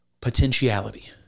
potentiality